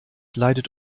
leidet